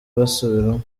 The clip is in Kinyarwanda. basubiramo